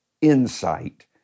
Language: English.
insight